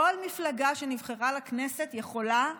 כל מפלגה שנכנסה לכנסת יכולה,